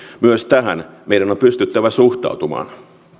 myös tähän meidän on pystyttävä suhtautumaan